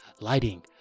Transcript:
lighting